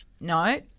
No